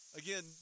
again